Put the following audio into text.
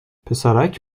پسرک